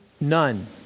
none